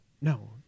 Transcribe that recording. no